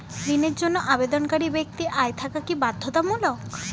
ঋণের জন্য আবেদনকারী ব্যক্তি আয় থাকা কি বাধ্যতামূলক?